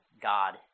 God